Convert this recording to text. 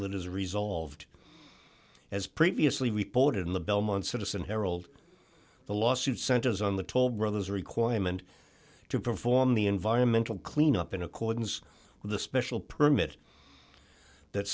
is resolved as previously reported in the belmont citizen herald the lawsuit centers on the toll brothers requirement to perform the environmental cleanup in accordance with a special permit that